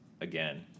again